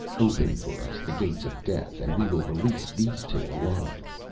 open for us the gates of death, and we will release these two, alive.